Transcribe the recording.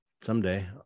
someday